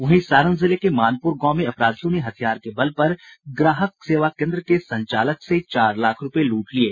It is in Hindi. वहीं सारण जिले के मानपूर गांव में अपराधियों ने हथियार के बल पर ग्राहक सेवा केन्द्र के संचालक से चार लाख रूपये लूट लिये